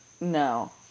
No